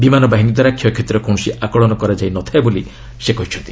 ବିମାନ ବାହିନୀ ଦ୍ୱାରା କ୍ଷୟକ୍ଷତିର କୌଣସି ଆକଳନ କରାଯାଇ ନ ଥାଏ ବୋଲି ସେ କହିଚ୍ଛନ୍ତି